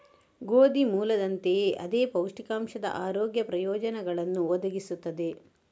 ಗೋಧಿ ಮೂಲದಂತೆಯೇ ಅದೇ ಪೌಷ್ಟಿಕಾಂಶದ ಆರೋಗ್ಯ ಪ್ರಯೋಜನಗಳನ್ನು ಒದಗಿಸುತ್ತದೆ